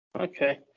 okay